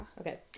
Okay